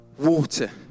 water